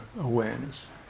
awareness